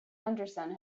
henderson